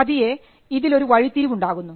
പതിയെ ഇതിൽ ഒരു വഴിത്തിരിവുണ്ടാകുന്നു